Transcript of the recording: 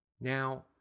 Now